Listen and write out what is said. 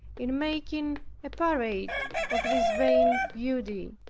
in making a parade of this vain beauty.